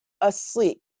asleep